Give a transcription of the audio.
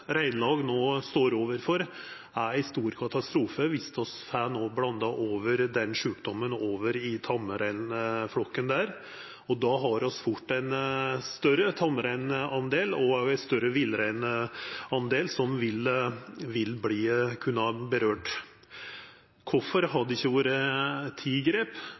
reinlag no står overfor, er ein stor katastrofe viss vi no får blanda denne sjukdommen inn i tamreinflokken der. Då har vi fort fleire tamrein og fleire villrein som vil kunna verta ramma. Kvifor har det ikkje vore teke grep